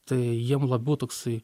tai jiem labiau toksai